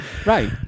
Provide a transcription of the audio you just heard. Right